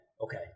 Okay